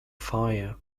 fire